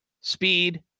speed